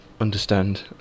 understand